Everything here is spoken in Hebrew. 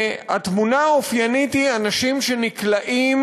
והתמונה האופיינית היא אנשים שנקלעים